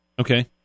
Okay